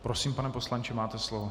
Prosím, pane poslanče, máte slovo.